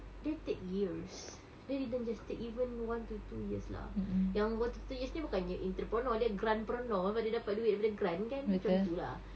that take years then even just take even one to two years lah yang one to two years ni bukannya entrepreneur dia grant-preneur sebab dia dapat duit daripada grant kan macam tu lah